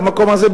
במקום הזה,